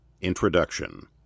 INTRODUCTION